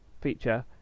feature